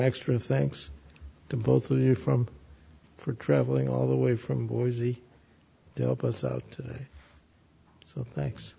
extra thanks to both of you from for travelling all the way from boise help us out today so thanks